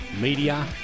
Media